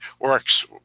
works